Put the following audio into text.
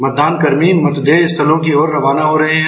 मतदानकर्मी मतदेय स्थलों की ओर रवाना हो रहे हैं